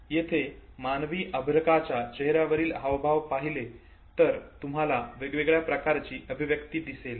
येथे मानवी अर्भकाच्या चेहऱ्यावरील हावभाव पाहिले तर तुम्हाला वेगवेगळ्या प्रकारची अभिव्यक्ती दिसेल